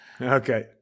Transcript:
Okay